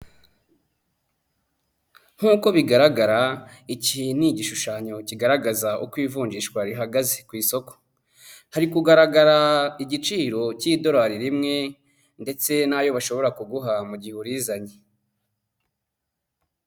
Nkuko bigaragara iki ni igishushanyo kigaragaza uko ivunjishwa rihagaze ku isoko. Hari kugaragara igiciro cy'idolari rimwe ndetse n'ayo bashobora kuguha mu gihe urizanye.